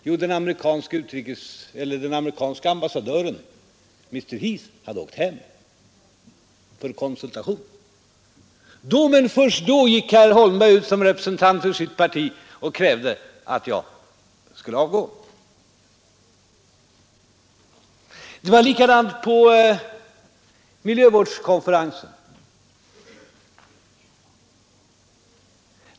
Jo, därför att den amerikanske ambassadören mr Heath hade åkt hem för konsultation. Då — men först då gick herr Holmberg ut såsom representant för sitt parti och krävde att jag skulle avgå. Det var likadant på miljövårdskonferensen.